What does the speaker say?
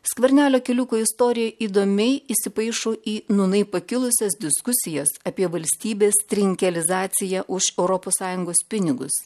skvernelio keliuko istorija įdomiai įsimaišo į nūnai pakilusias diskusijas apie valstybės trinkelizaciją už europos sąjungos pinigus